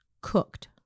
cooked